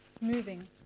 moving